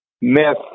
myth